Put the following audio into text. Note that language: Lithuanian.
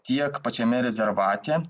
tiek pačiame rezervate